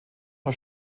aus